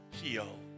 heal